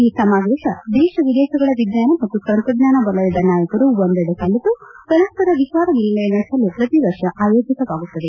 ಈ ಸಮಾವೇಶ ದೇಶ ವಿದೇಶಗಳ ವಿಜ್ಞಾನ ಮತ್ತು ತಂತ್ರಜ್ಞಾನ ವಲಯದ ನಾಯಕರು ಒಂದೆಡೆ ಕಲೆತು ಪರಸ್ವರ ವಿಚಾರ ವಿನಿಮಯ ನಡೆಸಲು ಪ್ರತಿ ವರ್ಷ ಆಯೋಜಿತವಾಗುತ್ತದೆ